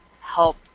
help